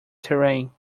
terrain